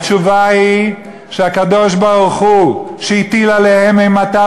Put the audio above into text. התשובה היא שהקדוש-ברוך-הוא, שהטיל עליהם אימתה